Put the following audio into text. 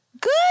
good